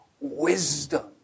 wisdom